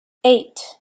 eight